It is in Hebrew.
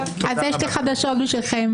אז יש לי חדשות בשבילכם